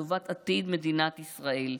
לטובת עתיד מדינת ישראל.